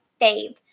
fave